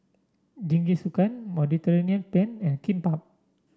Jingisukan Mediterranean Penne and Kimbap